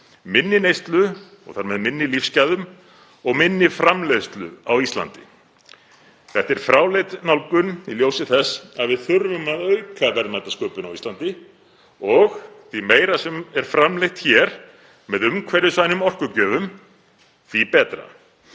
minni neyslu og þar með minni lífsgæðum og minni framleiðslu á Íslandi. Þetta er fráleit nálgun í ljósi þess að við þurfum að auka verðmætasköpun á Íslandi. Því meira sem framleitt er hér með umhverfisvænum orkugjöfum, því betra.